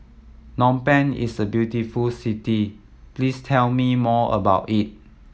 Phnom Penh is a very beautiful city please tell me more about it